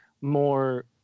more